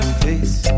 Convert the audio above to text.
face